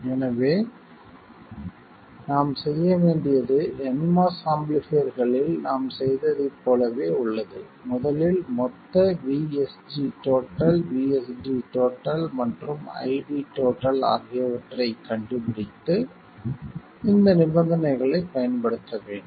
எனவே நாம் செய்ய வேண்டியது nMOS ஆம்பிளிஃபைர்களில் நாம் செய்ததைப் போலவே உள்ளது முதலில் மொத்த VSG VSD மற்றும் ID ஆகியவற்றைக் கண்டுபிடித்து இந்த நிபந்தனைகளைப் பயன்படுத்த வேண்டும்